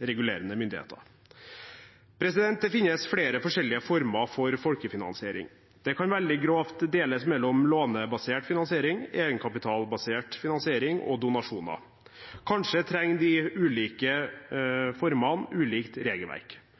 regulerende myndigheter. Det finnes flere forskjellige former for folkefinansiering. Det kan veldig grovt deles mellom lånebasert finansiering, egenkapitalbasert finansiering og donasjoner. Kanskje trenger de ulike formene ulikt regelverk.